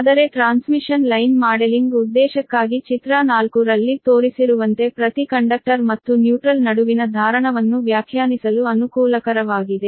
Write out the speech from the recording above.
ಆದರೆ transmission line modelling ಉದ್ದೇಶಕ್ಕಾಗಿ ಚಿತ್ರ 4 ರಲ್ಲಿ ತೋರಿಸಿರುವಂತೆ ಪ್ರತಿ ಕಂಡಕ್ಟರ್ ಮತ್ತು ನ್ಯೂಟ್ರಲ್ ನಡುವಿನ ಧಾರಣವನ್ನು ವ್ಯಾಖ್ಯಾನಿಸಲು ಅನುಕೂಲಕರವಾಗಿದೆ